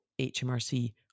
HMRC